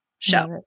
Show